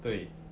对